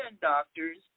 doctors